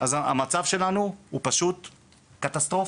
אז המצב שלנו הוא פשוט קטסטרופלי.